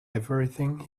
everything